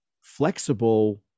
flexible